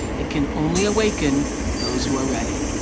it can only awaken those who are ready.